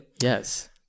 Yes